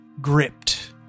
gripped